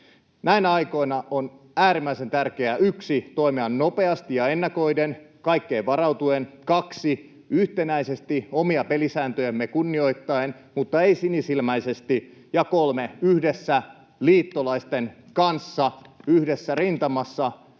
Näinä aikoina on äärimmäisen tärkeää: 1) toimia nopeasti ja ennakoiden, kaikkeen varautuen, 2) yhtenäisesti omia pelisääntöjämme kunnioittaen mutta ei sinisilmäisesti ja 3) yhdessä liittolaisten kanssa, yhdessä rintamassa